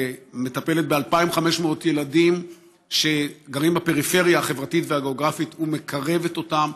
מטפלת ב-2,500 ילדים שגרים בפריפריה החברתית והגיאוגרפית ומקרבת אותם,